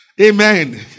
Amen